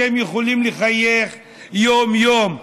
אתם יכולים לחייך יום-יום,